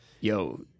yo